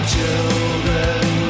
Children